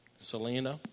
Selena